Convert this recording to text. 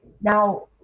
now